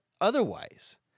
otherwise